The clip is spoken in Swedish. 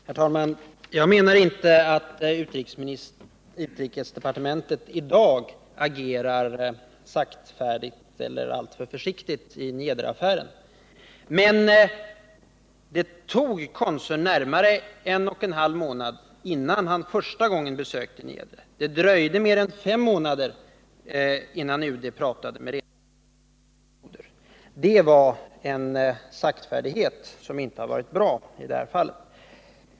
Herr talman! Jag menar inte att utrikesdepartementet i dag agerar saktfärdigt eller alltför försiktigt i Niedreaffären. Men det gick närmare en och en halv månad innan konsuln första gången besökte Niedre. Det dröjde mer än fem månader innan någon från UD pratade med reseledaren. Den saktfärdigheten har inte varit bra i det här fallet.